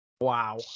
Wow